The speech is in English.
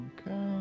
okay